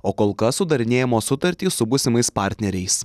o kol kas sudarinėjamos sutartys su būsimais partneriais